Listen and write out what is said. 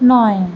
নয়